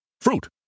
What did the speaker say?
fruit